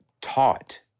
taught